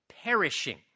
Perishing